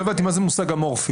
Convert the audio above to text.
לא הבנתי מה זה מושג אמורפי.